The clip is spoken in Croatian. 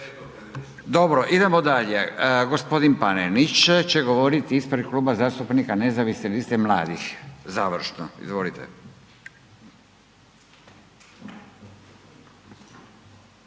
Dobro, idemo dalje, gospodin Panenić će govoriti ispred Kluba zastupnika Nezavisne liste mladih, završno. Izvolite.